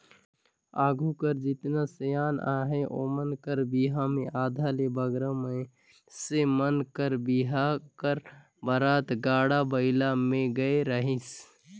आघु कर जेतना सियान अहे ओमन कर बिहा मे आधा ले बगरा मइनसे मन कर बिहा कर बरात गाड़ा बइला मे गए रहिस